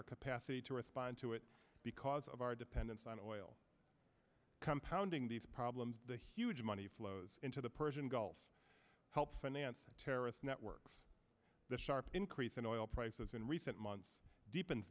our capacity to respond to it because of our dependence on oil compounding these problems the huge money flows into the persian gulf help finance terrorist network the sharp increase in oil prices in recent months deepens